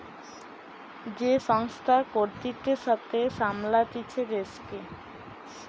যে সংস্থা কর্তৃত্বের সাথে সামলাতিছে দেশকে